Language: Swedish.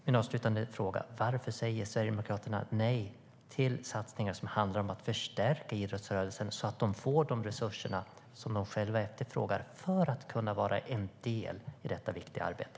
Min avslutande fråga är: Varför säger Sverigedemokraterna nej till satsningar som handlar om att förstärka idrottsrörelsen så att den får de resurser som den själv efterfrågar för att kunna vara en del i detta viktiga arbete?